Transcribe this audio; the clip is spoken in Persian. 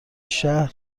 شهر